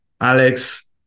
Alex